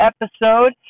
episode